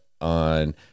on